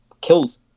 kills